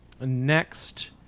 next